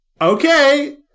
okay